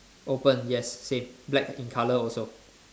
open yes same black in colour also